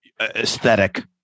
aesthetic